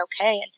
okay